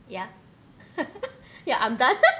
ya ya I'm done